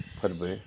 फोरबो